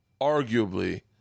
arguably